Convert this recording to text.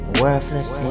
worthless